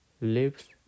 lives